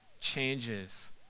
changes